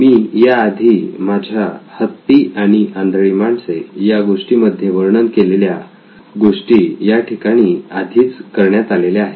मी याआधी माझ्या हत्ती आणि आंधळी माणसे या गोष्टीमध्ये वर्णन केलेल्या गोष्टी याठिकाणी आधीच करण्यात आलेल्या आहेत